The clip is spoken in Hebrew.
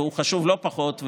והוא חשוב לא פחות,